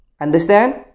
Understand